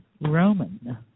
Roman